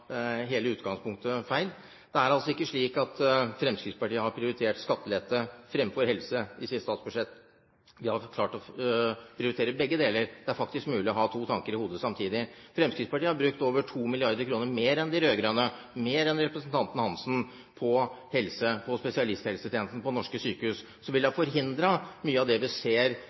hele utgangspunktet feil. Det er altså ikke slik at Fremskrittspartiet har prioritert skattelette fremfor helse i sitt statsbudsjett, vi har klart å prioritere begge deler. Det er faktisk mulig å ha to tanker i hodet samtidig. Fremskrittspartiet har brukt over 2 mrd. kr mer enn de rød-grønne, mer enn representanten Hansen, på helse og på spesialisthelsetjenesten på norske sykehus, som ville ha forhindret mye av det vi ser